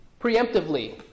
preemptively